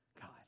God